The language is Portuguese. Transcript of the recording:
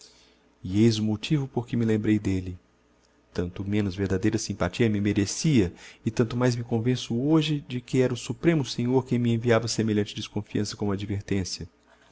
e eis o motivo porque me lembrei d'elle tanto menos verdadeira simpathia me merecia e tanto mais me convenço hoje de que era o suprêmo senhor quem me enviava semelhante desconfiança como advertencia